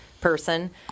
person